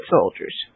soldiers